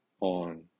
on